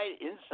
inside